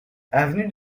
avenue